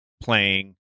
playing